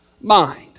mind